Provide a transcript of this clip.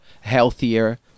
healthier